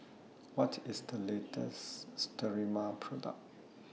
What IS The latest Sterimar Product